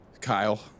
Kyle